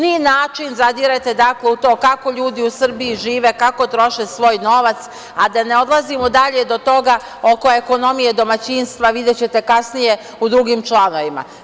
Način, zadirete u to kako ljudi u Srbiji žive, kako troše svoj novac, a da ne idemo dalje do toga oko ekonomije domaćinstva, videćete kasnije u drugim članovima.